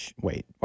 wait